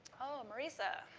oh, marisa.